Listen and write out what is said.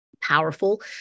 powerful